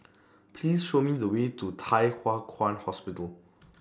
Please Show Me The Way to Thye Hua Kwan Hospital